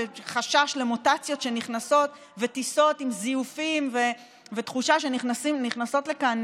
וחשש למוטציות שנכנסות וטיסות עם זיופים ותחושה שנכנסים לכאן